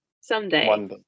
Someday